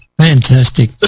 Fantastic